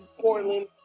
Portland